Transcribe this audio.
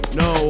no